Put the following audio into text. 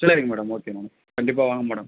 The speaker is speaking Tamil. சரிங்க மேடம் ஓகே மேம் கண்டிப்பாக வாங்க மேடம்